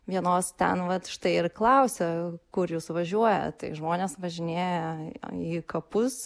vienos ten vat štai ir klausia kur jūs važiuojat tai žmonės važinėja į kapus